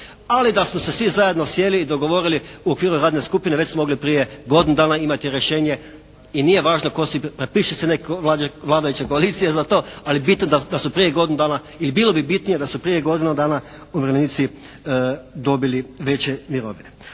Ali da smo se svi zajedno sjeli i dogovorili u okviru radne skupine već su mogli prije godinu dana imati rješenje i nije važno tko si …/Govornik se ne razumije./… vladajuća koalicija za to. Ali bitno je da su prije godinu dana ili bilo bi bitnije